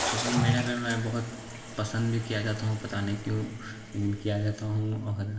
social media पर मैं बहुत पसंद भी किया जाता हूँ पता नहीं क्यों लेकिन किया जाता हूँ और